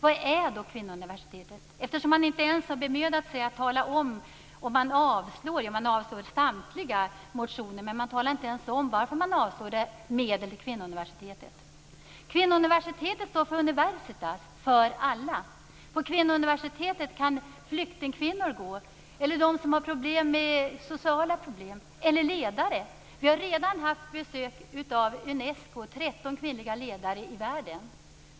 Vad är då Kvinnouniversitetet? I betänkandet har man inte ens bemödat sig att tala om varför man avstyrker medel till Kvinnouniversitetet - man säger bara att man avstyrker samtliga motioner. Kvinnouniversitetet står för universitas, för alla. På Kvinnouniversitetet kan flyktingkvinnor gå, kvinnor som har sociala problem eller kvinnliga ledare. Vi har redan haft besök av Unesco med 13 kvinnliga ledare i världen.